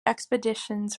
expeditions